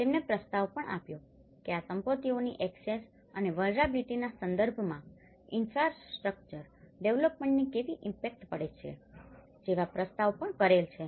તેમણે પ્રસ્તાવ પણ આપ્યો કે આ સંપત્તિઓની એક્સેસ અને વલ્નરેબીલીટીના સંદર્ભમાં ઇન્ફ્રાસ્ટ્રક્ચર ડેવેલપમેન્ટની કેવી ઈમ્પેક્ટ પડે છે જેવા પ્રસ્તાવ પણ કરેલ છે